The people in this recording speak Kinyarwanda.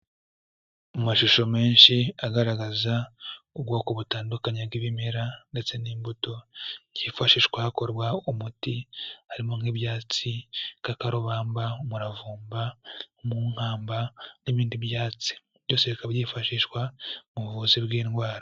Mu mashusho menshi agaragaza ubwoko butandukanye bw'ibimera ndetse n'imbuto byifashishwa hakorwa umuti, harimo nk'ibyatsi, ibikakarubamba, umuravumba, umunkamba, n'ibindi byatsi. Byose bikaba byifashishwa mu buvuzi bw'indwara.